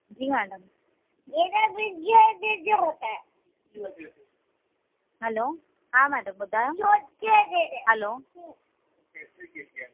जी madam hello ॿुधायो न हलो